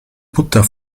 butter